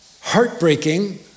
heartbreaking